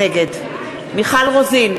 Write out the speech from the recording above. נגד מיכל רוזין,